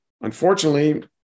Unfortunately